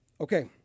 Okay